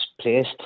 placed